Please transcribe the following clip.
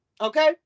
okay